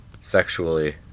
Sexually